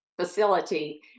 facility